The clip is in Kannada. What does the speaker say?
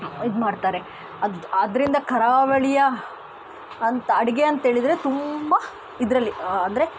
ಇದು ಮಾಡ್ತಾರೆ ಅದು ಅದರಿಂದ ಕರಾವಳಿಯ ಅಂತ ಅಡುಗೆ ಅಂತೇಳಿದರೆ ತುಂಬ ಇದರಲ್ಲಿ ಅಂದರೆ